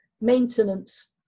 maintenance